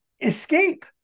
escape